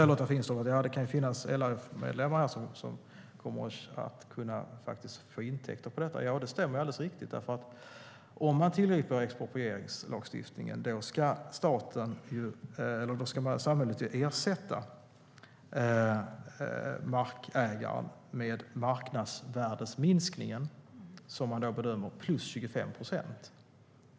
Lotta Finstorp säger att LRF-medlemmar kan få intäkter på detta. Det stämmer, för om man tillgriper exproprieringslagstiftningen ska samhället enligt de nya reglerna ersätta markägaren med bedömd marknadsvärdesminskning plus 25 procent.